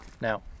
Now